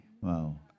Wow